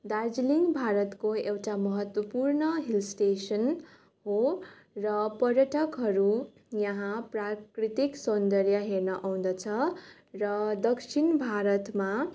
दार्जिलिङ भारतको एउटा महत्त्वपूर्ण हिल स्टेसन हो र पर्यटकहरू यहाँ प्राकृतिक सौन्दर्यहरू हेर्न आउँदछ र दक्षिण भारतमा